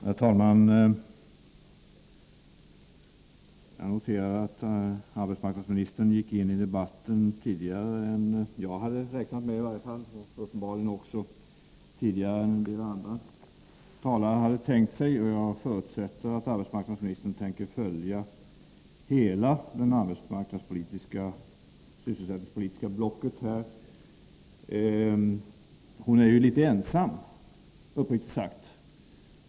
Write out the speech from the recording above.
Herr talman! Jag noterade att arbetsmarknadsministern gick in i debatten tidigare än i varje fall jag hade räknat med och uppenbarligen också tidigare än en del andra talare hade tänkt sig. Jag förutsätter att arbetsmarknadsministern tänker följa debatten i hela det arbetsmarknadspolitiska och sysselsättningspolitiska blocket. Hon är uppriktigt talat litet ensam.